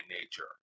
nature